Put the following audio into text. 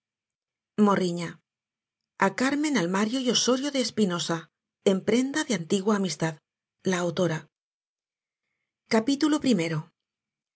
a carmen almario y ossorio de espinosa en prenda de antigua amistad la autora